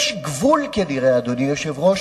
אדוני היושב-ראש,